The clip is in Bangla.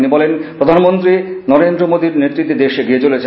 তিনি বলেন প্রধানমন্ত্রী নরেন্দ্র মোদির নেতৃত্বে দেশ এগিয়ে চলেছে